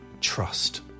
trust